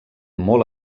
molt